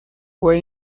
fue